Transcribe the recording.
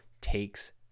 takes